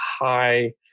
high